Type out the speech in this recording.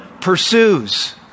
pursues